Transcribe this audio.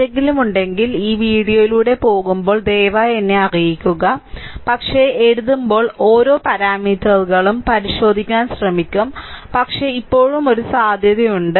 എന്തെങ്കിലും ഉണ്ടെങ്കിൽ ഈ വീഡിയോയിലൂടെ പോകുമ്പോൾ ദയവായി എന്നെ അറിയിക്കുക സർ ഒരു പിശക് ഉണ്ട് പക്ഷേ എഴുതുമ്പോൾ ഓരോ പാരാമീറ്ററുകളും പരിശോധിക്കാൻ ശ്രമിക്കും പക്ഷേ ഇപ്പോഴും ഒരു സാധ്യതയുണ്ട്